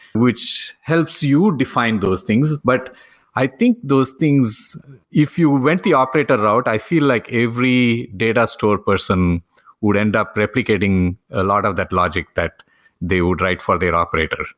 which helps you define those things, but i think those things if you went the operator route, i feel like every data store person would end up replicating a lot of that logic that they would write for their operator,